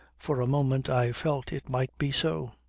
for a moment i felt it might be so.